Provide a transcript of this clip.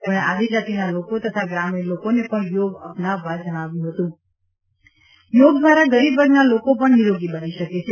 તેમણે આદિજાતિના લોકો તથા ગ્રામીણ લોકોને પણ યોગ અપનાવવા જણાવ્યું યોગ દ્વારા ગરીબ વર્ગના લોકો પણ નિરોગી બની શકે છે